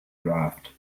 draft